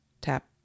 tap